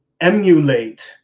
emulate